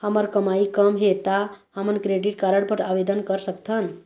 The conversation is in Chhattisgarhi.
हमर कमाई कम हे ता हमन क्रेडिट कारड बर आवेदन कर सकथन?